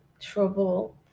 trouble